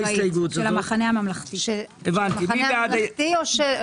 אנחנו מבינים שהתקציב הנוכחי עלול לעבור שינויים דרמטיים,